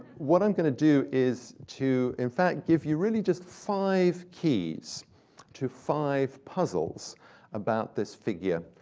what i'm going to do is to, in fact, give you really just five keys to five puzzles about this figure,